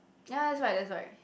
ya that's right that's right